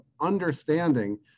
understanding